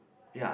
ya